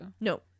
No